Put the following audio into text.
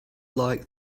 like